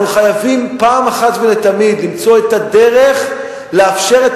אנחנו חייבים פעם אחת ולתמיד למצוא את הדרך לאפשר את